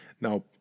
Now